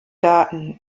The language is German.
daten